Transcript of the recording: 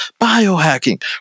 biohacking